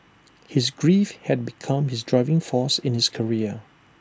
his grief had become his driving force in his career